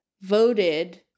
voted